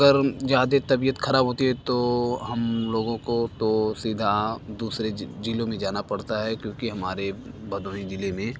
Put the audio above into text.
अगर अम ज्यादा तबीयत ख़राब होती है तो हम लोगों को तो सीधा दूसरे ज़िलों में जाना पड़ता है क्योंकि हमारे भदोही ज़िले में